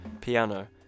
piano